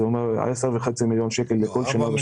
זה אומר 10.5 מיליון שקלים בכל שנה.